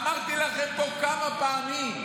אמרתי לכם כבר כמה פעמים: